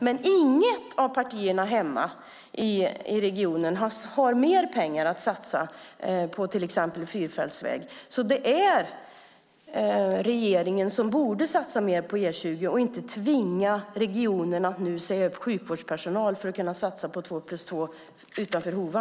Men inget av partierna hemma i regionen har mer pengar att satsa på till exempel fyrfältsväg. Det är regeringen som borde satsa mer på E20 och inte tvinga regionerna att nu säga upp sjukvårdspersonal för att kunna satsa på två-plus-två-väg utanför Hova.